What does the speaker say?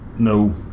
No